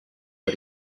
but